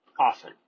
often